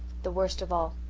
the worst of all.